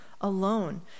alone